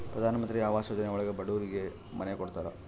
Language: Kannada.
ಪ್ರಧನಮಂತ್ರಿ ಆವಾಸ್ ಯೋಜನೆ ಒಳಗ ಬಡೂರಿಗೆ ಮನೆ ಕೊಡ್ತಾರ